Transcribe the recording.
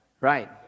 Right